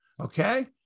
Okay